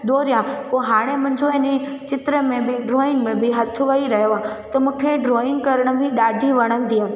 दौरिया पो हाणे मुंहिंजो अने चित्र में बि ड्रॉइंग में बि हथु वेही रहियो आहे त मूंखे ड्रॉइंग करण बि ॾाढी वणंदी आहे